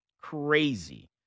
Crazy